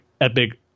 epic